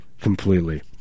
completely